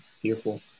fearful